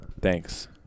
Thanks